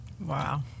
Wow